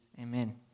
amen